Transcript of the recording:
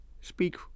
speak